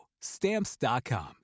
Stamps.com